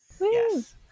Yes